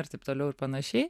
ir taip toliau ir panašiai